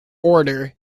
order